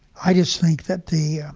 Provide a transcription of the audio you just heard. i just think that the yeah